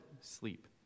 sleep